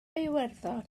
iwerddon